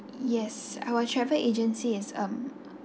yes our travel agency is um